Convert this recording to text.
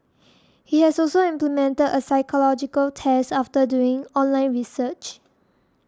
he has also implemented a psychological test after doing online research